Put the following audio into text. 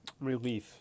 Relief